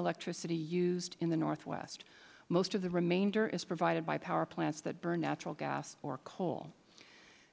electricity used in the northwest most of the remainder is provided by power plants that burn natural gas or coal